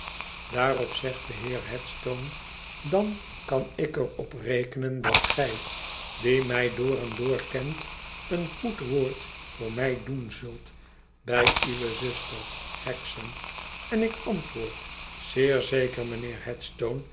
daarop zegt de heer heacbtone dan kan ik er op rekenen dat gij die mij door en door kent een goed woord voor mij doen zult bij uwe zuster hexam nik antwoord zeer zeker mijnheer